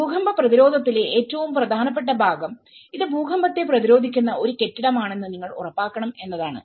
ഭൂകമ്പ പ്രതിരോധത്തിലെ ഏറ്റവും പ്രധാനപ്പെട്ട ഭാഗം ഇത് ഭൂകമ്പത്തെ പ്രതിരോധിക്കുന്ന ഒരു കെട്ടിടമാണെന്ന് നിങ്ങൾ ഉറപ്പാക്കണം എന്നതാണ്